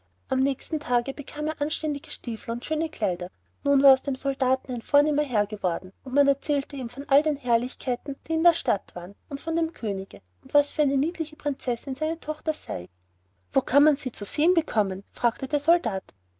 am nächsten tage bekam er anständige stiefel und schöne kleider nun war aus dem soldaten ein vornehmer herr geworden und man erzählte ihm von all den herrlichkeiten die in der stadt waren und von dem könige und was für eine niedliche prinzessin seine tochter sei wo kann man sie zu sehen bekommen fragte der soldat